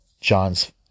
John's